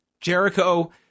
Jericho